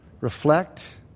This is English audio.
reflect